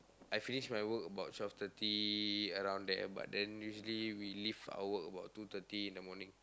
I finish my work about twelve thirty around there but then usually we leave our work about two thirty in the morning